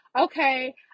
okay